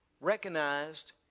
recognized